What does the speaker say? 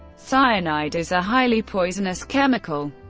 cyanide is a highly poisonous chemical,